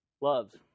loves